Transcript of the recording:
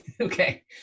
okay